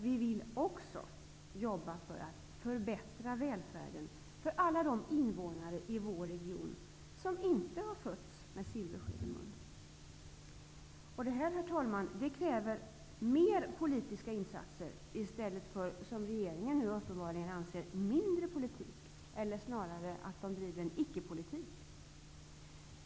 Vi vill också jobba för att förbättra välfärden för alla de invånare i vår region som inte har fötts med silversked i munnen. Detta, herr talman, kräver mer politiska insatser i stället för, som regeringen nu uppenbarligen anser, mindre politik -- regeringen driver snarare en ickepolitik.